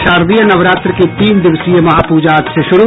और शारदीय नवरात्र की तीन दिवसीय महापूजा आज से शुरू